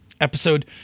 episode